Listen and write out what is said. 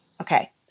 okay